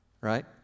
Right